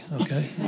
okay